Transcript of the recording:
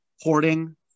hoarding